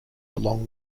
along